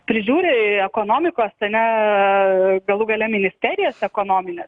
prižiūri ekonomikos ar ne galų gale ministerijas ekonomines